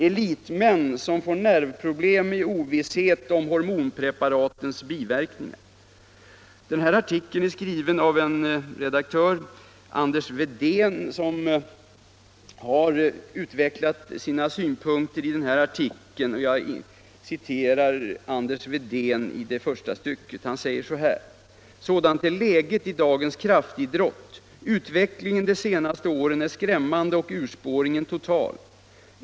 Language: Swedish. Elitmän som får nervproblem i ovisshet om hormonpreparatens biverkningar.” Den efterföljande artikeln är skriven av redaktör Anders Wedén, som har utvecklat sina synpunkter så som jag nu citerar från första stycket i artikeln: ”Sådant är läget i dagens kraftidrott. Utvecklingen de senaste åren är skrämmande och urspåringen total.